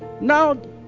now